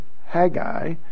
Haggai